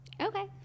Okay